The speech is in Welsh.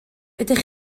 ydych